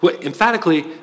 emphatically